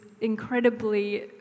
incredibly